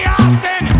Austin